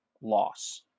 loss